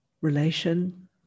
relation